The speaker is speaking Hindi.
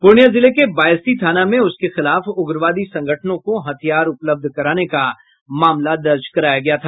पूर्णियां जिले के बायसी थाना में उसके खिलाफ उग्रवादी संगठनों को हथियार उपलब्ध कराने का मामला दर्ज कराया गया था